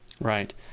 Right